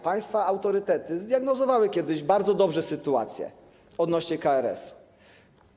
Państwa autorytety zdiagnozowały kiedyś bardzo dobrze sytuację odnośnie do KRS-u.